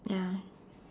ya